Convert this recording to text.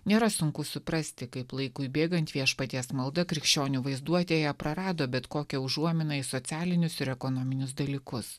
nėra sunku suprasti kaip laikui bėgant viešpaties malda krikščionių vaizduotėje prarado bet kokią užuominą į socialinius ir ekonominius dalykus